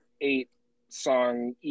eight-song